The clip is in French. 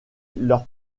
leur